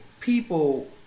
People